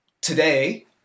Today